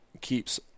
keeps